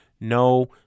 No